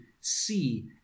see